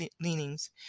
leanings